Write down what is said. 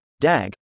DAG